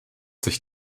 sich